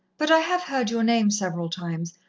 but i have heard your name several times,